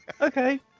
Okay